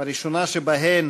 הראשונה שבהן: